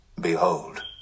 Behold